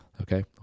okay